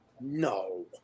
No